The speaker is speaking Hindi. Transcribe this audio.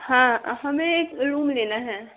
हाँ हमें एक रूम लेना है